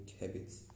habits